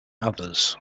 others